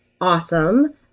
awesome